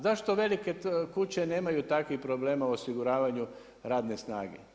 Zašto velike kuće nemaju takvih problema u osiguravanju radne snage?